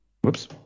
whoops